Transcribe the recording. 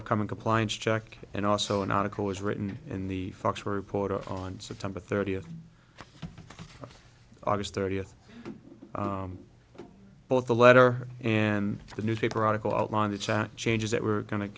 upcoming compliance check and also an article was written in the fox reporter on september thirtieth august thirtieth both the letter and the newspaper article outline the chat changes that we're going to